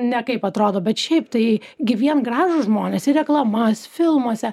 nekaip atrodo bet šiaip tai gyviem gražūs žmonės į reklamas filmuose